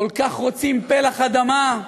כל כך רוצים פלח אדמה.